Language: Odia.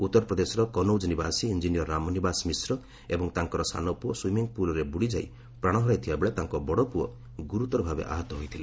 ଉତ୍ତର ପ୍ରଦେଶର କନୌଜ ନିବାସୀ ଇଞ୍ଜିନିୟର ରାମନିବାସ ମିଶ୍ର ଏବଂ ତାଙ୍କର ସାନ ପୁଅ ସ୍ୱିମିଙ୍ଗ୍ ପୁଲ୍ରେ ବୁଡ଼ିଯାଇ ପ୍ରାଣ ହରାଇଥିବାବେଳେ ତାଙ୍କ ବଡ଼ପୁଅ ଗୁରୁତର ଭାବେ ଆହତ ହୋଇଥିଲେ